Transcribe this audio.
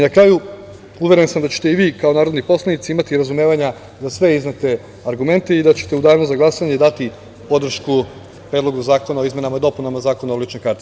Na kraju, uveren sam da ćete i vi kao narodni poslanici imati razumevanja za sve iznete argumente i da ćete u danu za glasanje dati podršku Predlogu zakona o izmenama i dopunama Zakona o ličnoj karti.